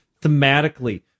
thematically